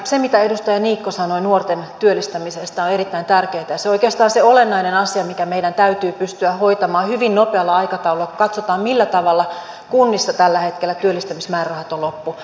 se mitä edustaja niikko sanoi nuorten työllistämisestä on erittäin tärkeätä ja se on oikeastaan se olennainen asia mikä meidän täytyy pystyä hoitamaan hyvin nopealla aikataululla kun katsotaan millä tavalla kunnissa tällä hetkellä työllistämismäärärahat ovat loppu